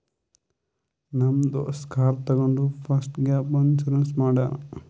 ನಮ್ ದೋಸ್ತ ಕಾರ್ ತಗೊಂಡ್ ಫಸ್ಟ್ ಗ್ಯಾಪ್ ಇನ್ಸೂರೆನ್ಸ್ ಮಾಡ್ಯಾನ್